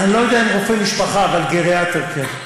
אני לא יודע אם רופא משפחה, אבל גריאטר, כן.